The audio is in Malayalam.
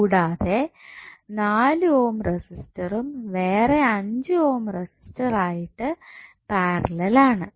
കൂടാതെ 4 ഓം റെസിസ്റ്ററും വേറെ 5 ഓം റെസിസ്റ്റർ ആയിട്ട് പാരലൽ ആണ്